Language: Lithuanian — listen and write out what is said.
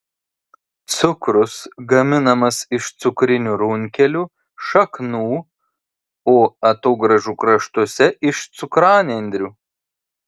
cukrus gaminamas iš cukrinių runkelių šaknų o atogrąžų kraštuose iš cukranendrių